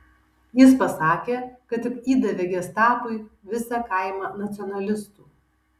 jis pasakė kad tik įdavė gestapui visą kaimą nacionalistų